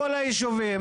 כל הישובים,